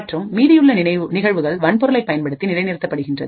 மற்றும் மீதியுள்ள நிகழ்வுகள் வன்பொருளை பயன்படுத்தி நிலை நிறுத்தப்படுகின்றது